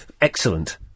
Excellent